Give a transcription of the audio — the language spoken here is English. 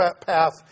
path